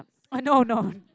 I know I know